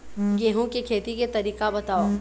गेहूं के खेती के तरीका बताव?